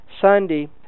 Sunday